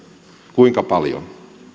kuinka paljon